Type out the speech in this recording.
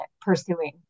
pursuing